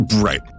Right